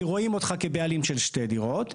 כי רואים אותך כבעלים של שתי דירות.